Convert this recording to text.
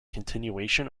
continuation